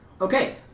Okay